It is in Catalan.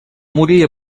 morir